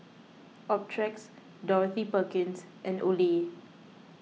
Optrex Dorothy Perkins and Olay